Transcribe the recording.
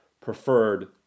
preferred